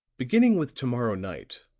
beginning with to-morrow night,